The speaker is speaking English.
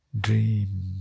dream